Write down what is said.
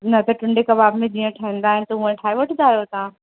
न त टुंडे कबाब में जीअं ठहंदा आहिनि त हूअं ठाहे वठंदा आहियो तव्हां